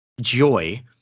Joy